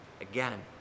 again